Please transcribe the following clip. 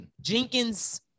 Jenkins